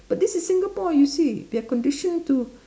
but this is Singapore you see they are conditioned to